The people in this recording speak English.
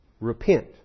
Repent